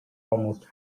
almost